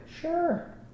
Sure